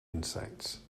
insects